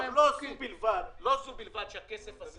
לא זו בלבד שהכסף הזה